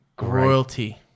royalty